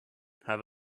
have